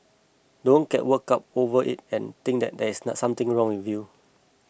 don't get worked up over it and think that there is something wrong with you